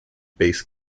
bass